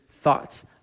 thoughts